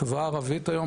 החברה הערבית היום,